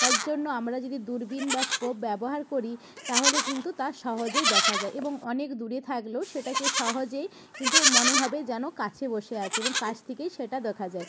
তার জন্য আমরা যদি দূরবীন বা স্কোপ ব্যবহার করি তাহলে কিন্তু তা সহজেই দেখা যায় এবং অনেক দূরে থাকলেও সেটাকে সহজেই কিন্তু মনে হবে যেন কাছে বসে আছে এবং কাছ থেকেই সেটা দেখা যায়